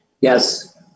Yes